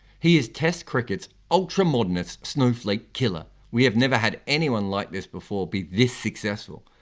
he is test cricket's ultramodernist snowflake killer. we have never had anyone like this before be this successful.